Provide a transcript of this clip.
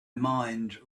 mind